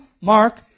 Mark